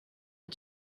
and